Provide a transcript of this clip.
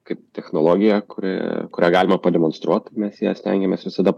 kaip technologija kuri kurią galima pademonstruot mes ją stengiamės visada